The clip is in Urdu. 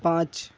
پانچ